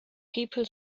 people